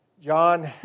John